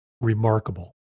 remarkable